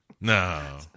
No